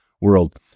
world